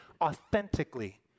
authentically